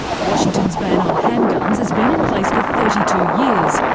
washington's ban on handguns has been in place for thirty two years,